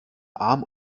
arm